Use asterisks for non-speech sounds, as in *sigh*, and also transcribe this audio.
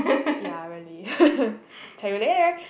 ya really *laughs* tell you later